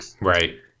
right